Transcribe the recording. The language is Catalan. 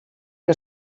que